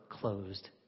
closed